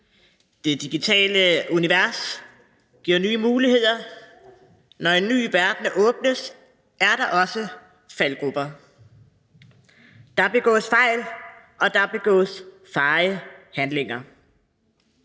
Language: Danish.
Det digitale univers giver nye muligheder, men når en ny verden åbnes, er der også faldgruber. Der begås fejl, og der begås feje handlinger.